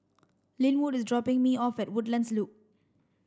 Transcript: Lynwood is dropping me off at Woodlands Loop